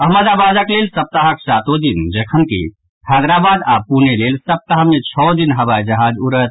अहमदाबादक लेल सप्ताहक सातो दिन जखनकि हैदराबाद आओर पुणे लेल सप्ताह मे छओ दिन हवाई जहाज उड़त